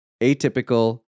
atypical